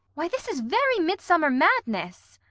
why, this is very midsummer madness.